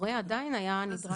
הורה עדיין נדרש לדווח.